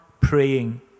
praying